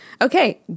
okay